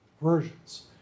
versions